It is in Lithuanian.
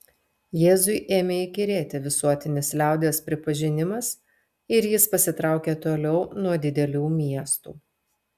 jėzui ėmė įkyrėti visuotinis liaudies pripažinimas ir jis pasitraukė toliau nuo didelių miestų